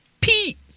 Pete